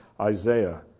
Isaiah